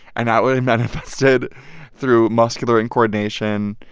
and that would have manifested through muscular incoordination.